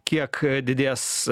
kiek didės